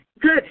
Good